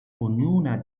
ognuna